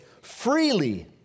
freely